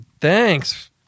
Thanks